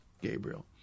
Gabriel